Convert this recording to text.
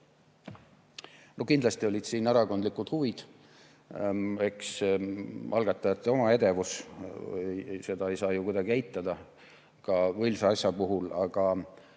Kindlasti olid siin erakondlikud huvid. Eks algatajate oma edevus, seda ei saa ju kuidagi eitada, ka õilsa asja puhul. Aga